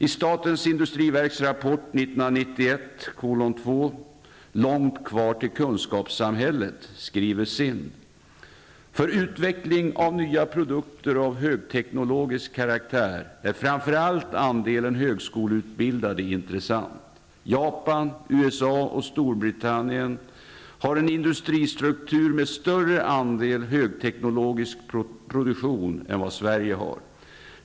I statens industriverks rapport SIND: ''För utveckling av nya produkter av högteknologisk karaktär är framför allt andelen högskoleutbildade intressant. Japan, USA och Storbritannien har en industristruktur med större andel högteknologisk produktion än vad Sverige har.